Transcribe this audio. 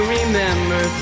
remember